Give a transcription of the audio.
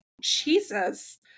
Jesus